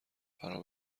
فرا